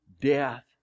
death